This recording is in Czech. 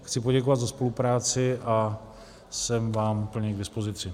Chci poděkovat za spolupráci a jsem vám plně k dispozici.